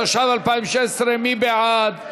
התשע"ו 2016. מי בעד?